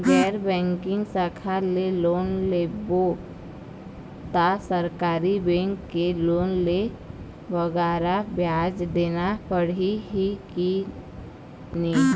गैर बैंकिंग शाखा ले लोन लेबो ता सरकारी बैंक के लोन ले बगरा ब्याज देना पड़ही ही कि नहीं?